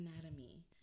anatomy